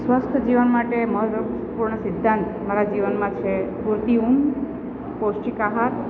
સ્વસ્થ જીવન માટે મહત્ત્વપૂર્ણ સિદ્ધાંત મારા જીવનમાં છે પૂરતી ઊંઘ પૌષ્ટિક આહાર